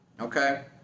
okay